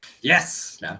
Yes